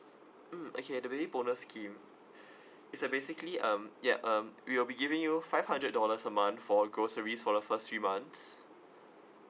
mm okay the baby bonus scheme it's a basically um ya um we will be giving you five hundred dollars a month for groceries for the first three months